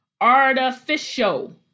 artificial